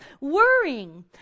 worrying